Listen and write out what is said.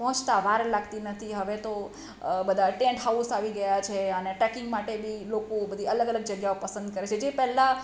પહોંચતા વાર લાગતી નથી હવે તો બધા ટેન્ટ હાઉસ આવી ગયા છે અને ટેકિંગ માટે બી લોકો બધી અલગ અલગ જગ્યાઓ પસંદ કરે છે જે પહેલાં